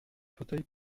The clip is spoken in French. fauteuil